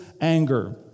anger